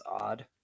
odd